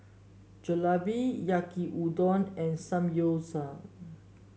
Jalebi Yaki Udon and Samgyeopsal